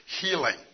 healing